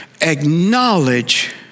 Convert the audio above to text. acknowledge